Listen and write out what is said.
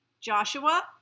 Joshua